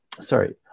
Sorry